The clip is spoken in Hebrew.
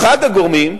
אחד הגורמים,